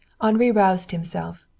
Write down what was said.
henri roused himself.